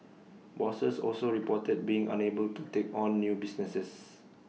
bosses also reported being unable to take on new business